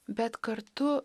bet kartu